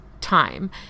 time